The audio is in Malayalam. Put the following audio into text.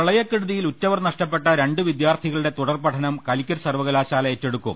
പ്രളയക്കെടുതിയിൽ ഉറ്റവർ നഷ്ടപ്പെട്ട രണ്ടു വിദ്യാർത്ഥികളുടെ തുടർപഠനം കാലിക്കറ്റ് സർവ്വകലാശാല് ഏറ്റെടുക്കും